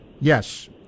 Yes